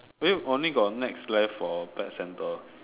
wait only got next left for pet center